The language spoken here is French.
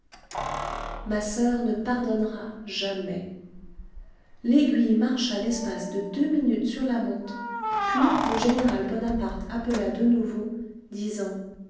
ma soeur ne pardonnera jamais l'aiguille marcha l'espace de deux minutes sur la montre puis le général bonaparte appela de nouveau